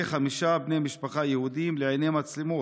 חמישה בני משפחה יהודים לעיני מצלמות.